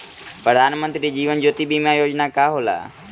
प्रधानमंत्री जीवन ज्योति बीमा योजना का होला?